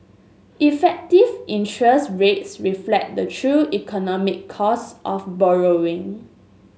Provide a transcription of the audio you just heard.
effective interest rates reflect the true economic cost of borrowing